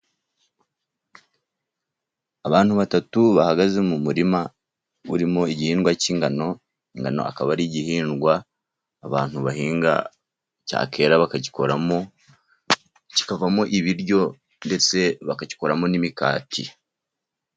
Abantu batatu bahagaze mu murima urimo igihingwa cy'ingano, ingano kikaba ari igihingwa abantu bahinga cyakwera bakagikoramo kikavamo ibiryo ndetse bakagikoramo n'imikati.